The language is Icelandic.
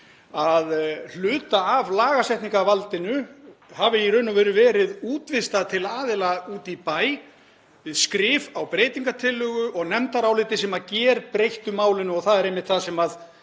að hluta af lagasetningarvaldinu hafi í raun og veru verið útvistað til aðila úti í bæ við skrif á breytingartillögu og nefndaráliti sem gerbreyttu málinu og það er einmitt það sem